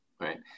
right